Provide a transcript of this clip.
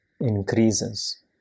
increases